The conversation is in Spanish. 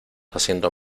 haciendo